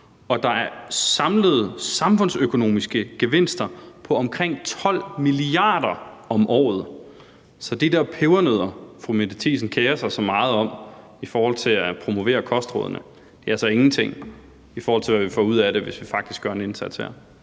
og der er samlet samfundsøkonomiske gevinster på omkring 12 mia. kr. om året. Så de der pebernødder, som fru Mette Thiesen kerer sig så meget om i forhold til at promovere kostrådene, er altså ingenting, i forhold til hvad vi får ud af det, hvis vi faktisk gør en indsats her.